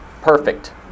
perfect